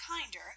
kinder